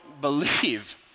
believe